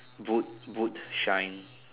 boot boot shine